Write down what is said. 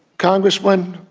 congresswoman.